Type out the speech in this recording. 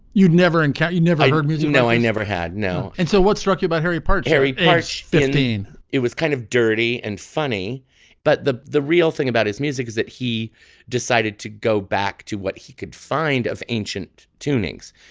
you'd never and you never heard music. no i never had. no. and so what struck you about harry potter harry march fifteen. it was kind of dirty and funny but the the real thing about his music is that he decided to go back to what he could find of ancient tunings.